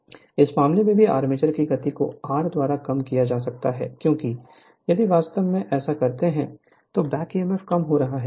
Refer Slide Time 1059 इस मामले में भी आर्मेचर की गति को R द्वारा कम किया जा सकता है क्योंकि यदि वास्तव में ऐसा करते हैं तो बैक ईएमएफ कम हो रहा है